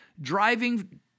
driving